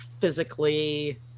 physically